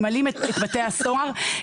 ממלאים את בתי הסוהר,